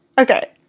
Okay